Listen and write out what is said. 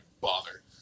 bother